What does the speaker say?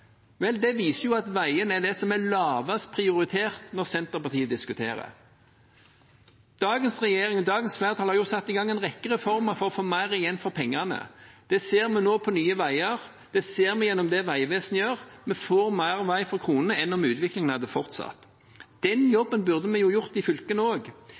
Vel, det viser at veiene er det som er lavest prioritert når Senterpartiet diskuterer. Dagens regjering og dagens flertall har satt i gang en rekke reformer for å få mer igjen for pengene. Det ser vi nå med Nye Veier, det ser vi gjennom det Vegvesenet gjør – vi får mer vei for kronene enn om utviklingen hadde fortsatt. Den jobben burde vi gjort i fylkene